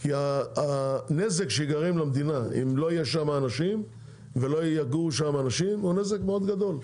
כי הנזק שייגרם למדינה אם לא יגורו שם אנשים הוא נזק מאוד גדול.